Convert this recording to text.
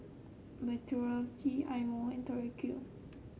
Mentholatum Eye Mo when Tori Q